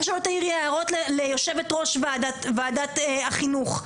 שלא תעירי הערות ליושבת ראש ועדת החינוך.